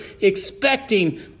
expecting